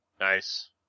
Nice